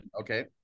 Okay